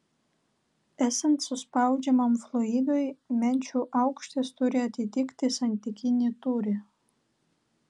esant suspaudžiamam fluidui menčių aukštis turi atitikti santykinį tūrį